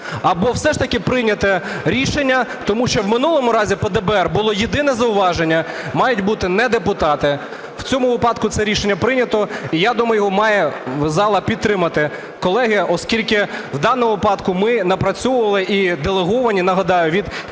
Або все ж таки прийняти рішення. Тому що минулого разу по ДБР було єдине зауваження: мають бути не депутати. В цьому випадку це рішення прийнято. І, я думаю, його має зала підтримати, колеги, оскільки в даному випадку ми напрацьовували, і делеговані, нагадаю, від кількох